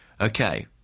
Okay